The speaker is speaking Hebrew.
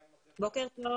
קרן, בוקר טוב.